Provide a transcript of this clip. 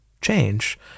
change